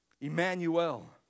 Emmanuel